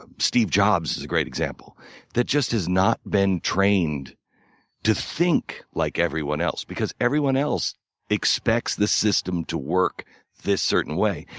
ah steve jobs is a great example that just has not been trained to think like everyone else. because everyone else expects the system to work this certain way.